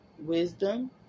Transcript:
wisdom